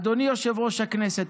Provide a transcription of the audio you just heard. אדוני יושב-ראש הכנסת,